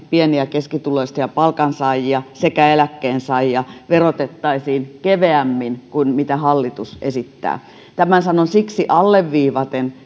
pieni ja keskituloisia palkansaajia sekä eläkkeensaajia verotettaisiin keveämmin kuin mitä hallitus esittää tämän sanon alleviivaten